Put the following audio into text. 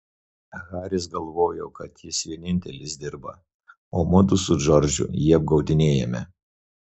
haris galvojo kad jis vienintelis dirba o mudu su džordžu jį apgaudinėjame